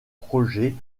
projet